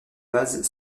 basent